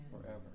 forever